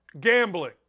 gambling